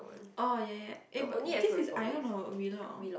oh ya ya eh but this is Ion or Wheelock